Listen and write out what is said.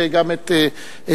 וגם את תשובתך.